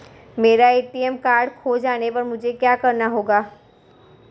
मेरा ATM card खो जाने पर मुझे क्या करना होगा?